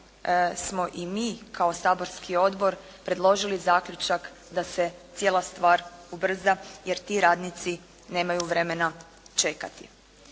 smo i mi kao Saborski odbor predložili zaključak da se cijela stvar ubrza, jer ti radnici nemaju vremena čekati.